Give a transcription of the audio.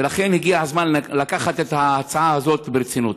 ולכן הגיע הזמן לקחת את ההצעה הזאת ברצינות.